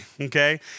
okay